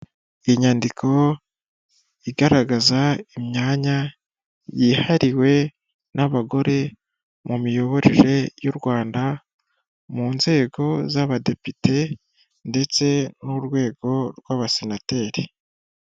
Inyandiko igaragaza imyanya yihariwe n'abagore mu miyoborere y' u Rwanda mu nzego z' abadepite ndetse n'urwego rw'abasenateri.